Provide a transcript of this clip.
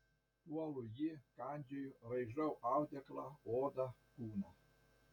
puolu jį kandžioju raižau audeklą odą kūną